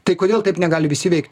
tai kodėl taip negali visi veikt